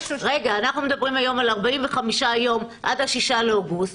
אנחנו מדברים היום על 45 יום עד ה-6 באוגוסט,